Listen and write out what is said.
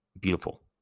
Beautiful